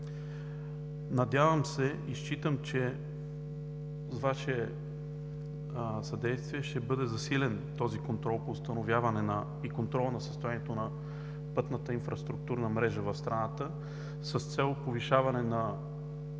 Надявам се и считам, че с Ваше съдействие ще бъде засилен този контрол на състоянието на пътната инфраструктурна мрежа в страната с цел повишаване на